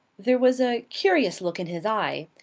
there was a curious look in his eye.